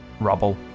rubble